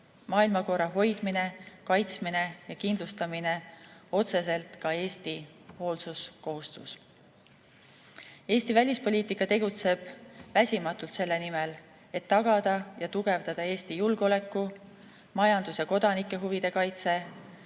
maailmakorra hoidmine, kaitsmine ja kindlustamine otseselt ka Eesti hoolsuskohustus. Eesti välispoliitika tegutseb väsimatult selle nimel, et tagada ja tugevdada Eesti julgeoleku‑, majandus‑ ja kodanike huvide kaitset,